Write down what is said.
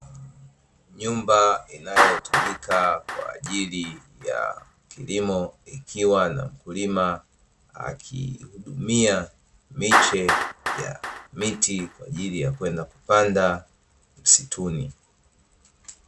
Nyumba inayotumika kwa ajili ya kilimo ikiwa na mkulima akiihudumia miche ya miti kwaajili ya kwenda kupanda msituni.